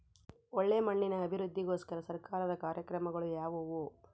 ಒಳ್ಳೆ ಮಣ್ಣಿನ ಅಭಿವೃದ್ಧಿಗೋಸ್ಕರ ಸರ್ಕಾರದ ಕಾರ್ಯಕ್ರಮಗಳು ಯಾವುವು?